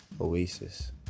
oasis